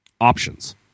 options